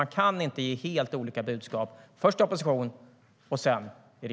Man kan inte ge helt olika budskap i opposition och i regeringsställning.